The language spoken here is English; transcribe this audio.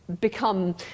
become